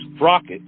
rocket